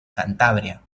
cantabria